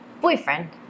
boyfriend